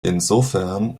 insofern